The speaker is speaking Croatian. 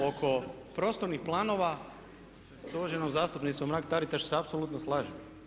Oko prostornih planova s uvaženom zastupnicom Mrak Taritaš se apsolutno slažem.